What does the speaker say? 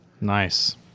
Nice